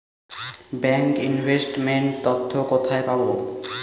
Bank investment তথ্য কোথায় পাব?